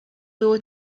było